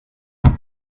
pas